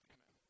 Amen